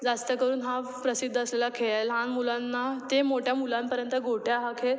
जास्त करून हा प्रसिद्ध असलेला खेळ आहे लहान मुलांना ते मोठ्या मुलांपर्यंत गोट्या हा खेळ